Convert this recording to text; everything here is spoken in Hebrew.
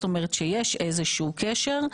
יש איזשהו קשר,